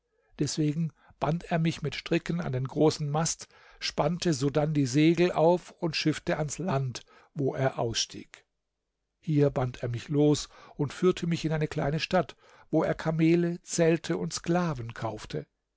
deswegen band er mich mit stricken an den großen mast spannte sodann die segel auf und schiffte ans land wo er ausstieg hier band er mich los und führte mich in eine kleine stadt wo er kamele zelte und sklaven kaufte